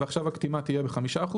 ועכשיו הקטימה תהיה ב-5%,